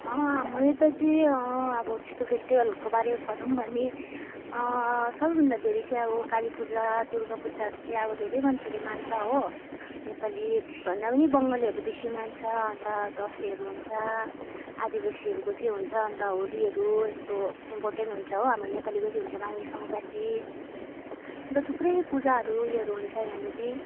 हाम्रो यता चाहिँ अब त्यस्तो फेस्टिभलको बारेमा भनौँ भने सबैभन्दा धेरै चाहिँ अब कालीपूजा दुर्गापूजाहरू चाहिँ अब धेरै मान्छेले मान्छ हो नेपालीभन्दा पनि बङ्गालीहरूले बेसी मान्छ अन्त दसैँहरू हुन्छ आदिवासीहरूको चाहिँ हुन्छ अन्त होलीहरू यस्तो इम्पोर्टेन्ट हुन्छ हो हाम्रो नेपालीको चाहिँ हुन्छ माघे सङ्क्रान्ति अन्त थुप्रै पूजाहरू उयोहरू हुन्छ यहाँनिर